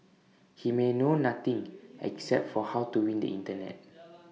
he may know nothing except for how to win the Internet